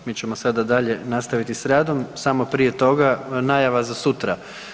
Mi ćemo sada dalje nastaviti s radom, samo prije toga najava za sutra.